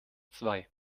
zwei